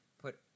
put